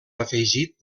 afegit